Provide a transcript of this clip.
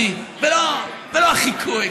אני ולא החיקוי,